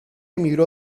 emigró